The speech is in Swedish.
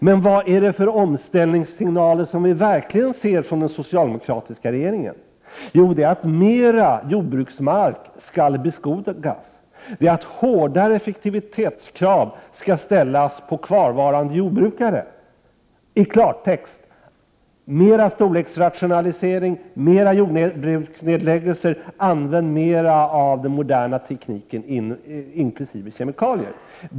Men vad är det för omställningssignaler som vi får från den socialdemokratiska regeringen? Jo, det är att mer av jordbruksmark skall beskogas och att hårda effektivitetskrav skall ställas på de kvarvarande jordbrukarna. I klartext: Mer storleksrationalisering och mer jordbruksnedläggelser, använd mer av den moderna tekniken inkl. kemikalier.